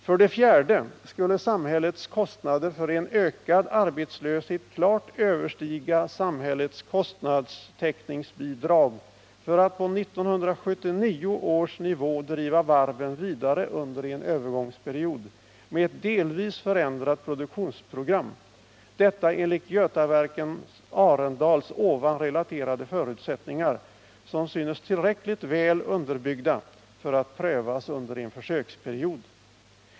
För det fjärde skulle samhällets kostnader för en ökad arbetslöshet klart överstiga samhällets kostnadstäckningsbidrag för att på 1979 års nivå driva varven vidare under en övergångsperiod, med ett delvis förändrat produktionsprogram — detta enligt Götaverken Arendals ovan relaterade förutsättningar, som synes tillräckligt väl underbyggda för att prövas under en försöksperiod.